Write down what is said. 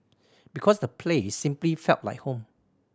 because the place simply felt like home